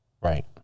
Right